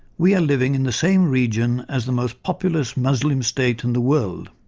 we are living in the same region as the most populous muslim state in the world,